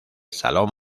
salón